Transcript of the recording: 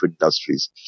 industries